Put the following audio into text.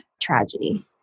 tragedy